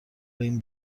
این